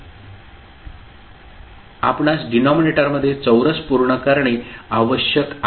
आपणास डिनॉमिनेटरमध्ये चौरस पूर्ण करणे आवश्यक आहे